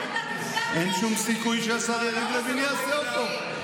אין שום סיכוי שהשר יריב לוין יעשה אותו.